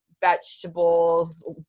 vegetables